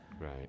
Right